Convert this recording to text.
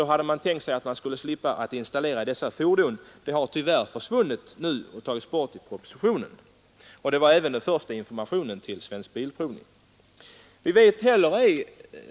Man hade tänkt sig att man skulle kunna slippa installera kilometerräknare i dessa fordon. Det var även den första informationen till Svensk bilprovning. Det förslaget har tyvärr tagits bort i propositionen.